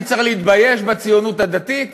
אני צריך להתבייש בציונות הדתית?